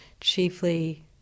chiefly